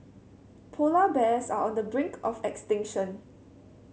polar bears are on the brink of extinction